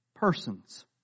persons